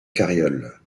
carriole